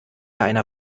einer